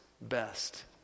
best